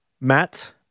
Matt